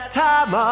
time